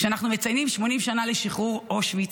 כשאנחנו מציינים 80 שנה לשחרור אושוויץ,